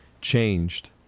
changed